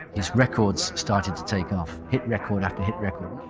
his records started to take off. hit record after hit record.